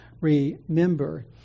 remember